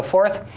forth.